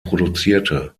produzierte